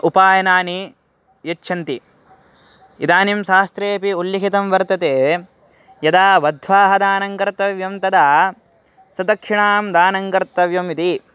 उपायनानि यच्छन्ति इदानीं शास्त्रेऽपि उल्लिखितं वर्तते यदा वधोः दानं कर्तव्यं तदा सदक्षिणां दानं कर्तव्यम् इति